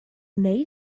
wnei